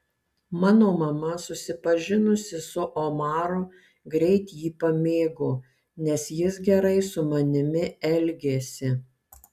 mano mama susipažinusi su omaru greit jį pamėgo nes jis gerai su manimi elgėsi